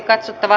merkitään